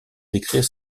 décrire